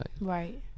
Right